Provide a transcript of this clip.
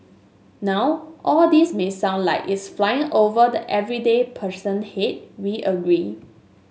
now all this may sound like it's flying over the everyday person head we agree